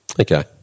Okay